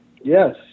Yes